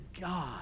God